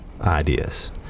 ideas